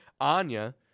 Anya